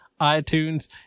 iTunes